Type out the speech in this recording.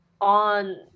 on